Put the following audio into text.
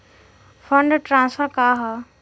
Fund transfer का हव?